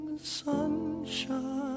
Sunshine